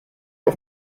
auf